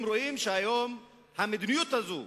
הם רואים היום שהמדיניות הזאת,